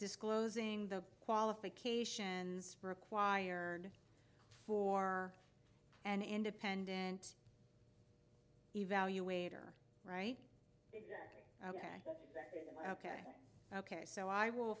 disclosing the qualifications required for an independent evaluate are right ok ok ok so i will